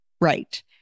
Right